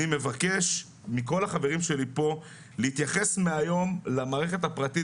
אני מבקש מכל החברים שלי כאן להתייחס מהיום למערכת הפרטית